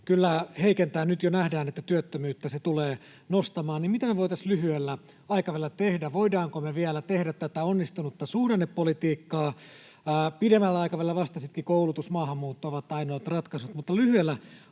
sitä heikentää — nyt jo nähdään, että työttömyyttä se tulee nostamaan — mitä me voitaisiin lyhyellä aikavälillä tehdä? Voidaanko me vielä tehdä tätä onnistunutta suhdannepolitiikkaa? Pidemmällä aikavälillä, vastasittekin, koulutus ja maahanmuutto ovat ainoat ratkaisut, mutta lyhyellä